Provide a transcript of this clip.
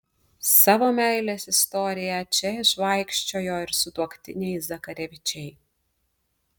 savo meilės istoriją čia išvaikščiojo ir sutuoktiniai zakarevičiai